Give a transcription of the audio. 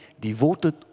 devoted